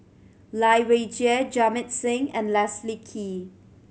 Lai Weijie Jamit Singh and Leslie Kee